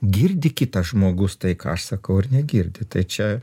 girdi kitas žmogus tai ką aš sakau ar negirdi tai čia